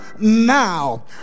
now